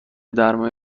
درمانی